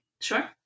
sure